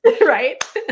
Right